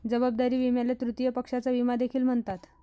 जबाबदारी विम्याला तृतीय पक्षाचा विमा देखील म्हणतात